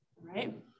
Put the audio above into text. right